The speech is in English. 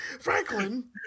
Franklin